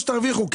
שתרוויחו.